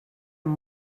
amb